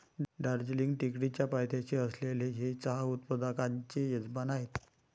दार्जिलिंग टेकडीच्या पायथ्याशी असलेले हे चहा उत्पादकांचे यजमान आहे